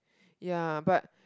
ya but